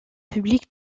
public